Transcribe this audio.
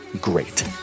great